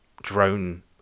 drone